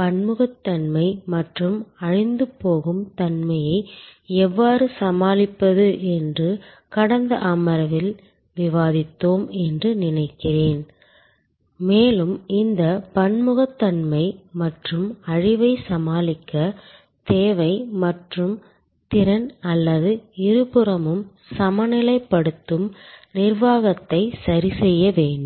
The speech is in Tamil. பன்முகத்தன்மை மற்றும் அழிந்துபோகும் தன்மையை எவ்வாறு சமாளிப்பது என்று கடந்த அமர்வில் விவாதித்தோம் என்று நினைக்கிறேன் மேலும் இந்த பன்முகத்தன்மை மற்றும் அழிவை சமாளிக்க தேவை மற்றும் திறன் அல்லது இருபுறமும் சமநிலைப்படுத்தும் நிர்வாகத்தை சரிசெய்ய வேண்டும்